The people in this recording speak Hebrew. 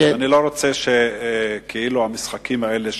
אני לא רוצה שכאילו המשחקים האלה,